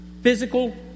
physical